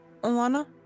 Alana